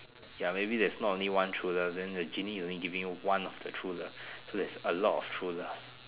ya maybe there's not only one true love then the genie is only giving you one of the true love so there is a lot of true love